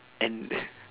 and